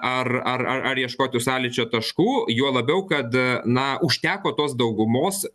ar ar ar ar ieškot tų sąlyčio taškų juo labiau kad na užteko tos daugumos